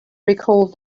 recalled